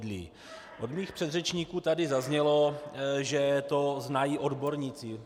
Od mých předřečníků tady zaznělo, že to znají odborníci.